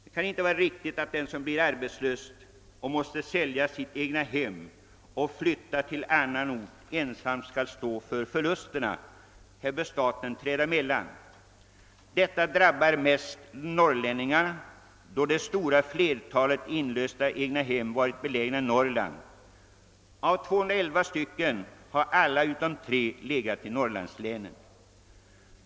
Det kan inte vara riktigt att den som blir arbetslös och måste sälja sitt egnahem för att flytta till annan ort ensam skall svara för förlusterna. Här bör staten träda emellan. Detta drabbar mest norrlänningar då det stora flertalet inlösta egnahem varit belägna i Norrland; av 211 sådana var alla utom 3 belägna i Norrlandslän.